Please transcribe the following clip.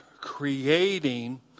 creating